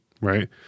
right